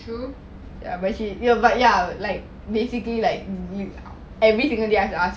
ya but actually ya but ya like basically like every single day I have to ask